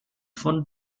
von